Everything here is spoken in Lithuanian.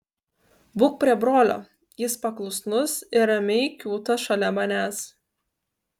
būk prie brolio jis paklusnus ir ramiai kiūto šalia manęs